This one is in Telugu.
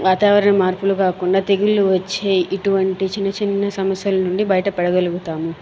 వాతావరణ మార్పులు కాకుండా తెగుళ్లు వచ్చే ఇటువంటి చిన్న చిన్న సమస్యల నుండి బయట పడగలుగుతాము